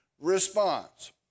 response